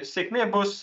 sėkmė bus